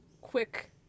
Quick